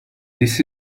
this